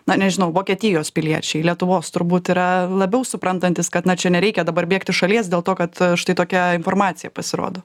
na nežinau vokietijos piliečiai lietuvos turbūt yra labiau suprantantys kad na čia nereikia dabar bėgt iš šalies dėl to kad štai tokia informacija pasirodo